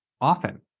often